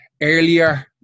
earlier